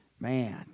Man